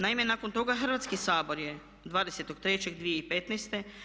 Naime, nakon toga Hrvatski sabor je 20.3.2015.